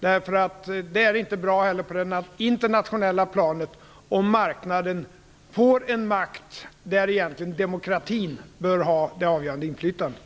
Det är inte bra heller på det internationella planet, om marknaden får makt där egentligen demokratin bör ha det avgörande inflytandet.